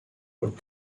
would